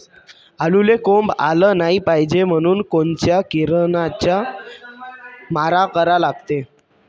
आलूले कोंब आलं नाई पायजे म्हनून कोनच्या किरनाचा मारा करा लागते?